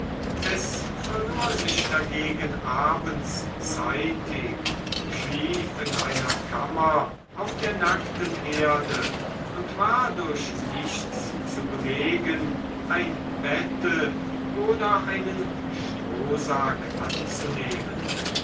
es verlor sich dagegen abends zeitig schlief in einer kammer auf der nackten erde und war durch nichts zu bewegen ein bette oder einen strohsack anzunehmen